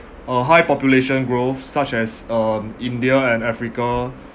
a high population growth such as um india and africa